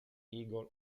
eagle